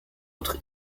autres